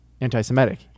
anti-semitic